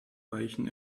weichen